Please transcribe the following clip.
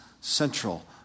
central